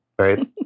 right